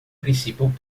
princípio